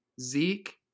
Zeke